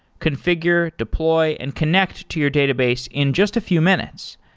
configure, deploy and connect to your database in just a few minutes.